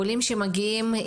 עולים שמגיעים,